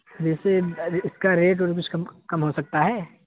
جیسے اس کا ریٹ ویٹ کچھ کم کم ہو سکتا ہے